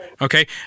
okay